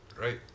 Right